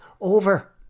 over